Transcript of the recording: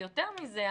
ויותר מזה,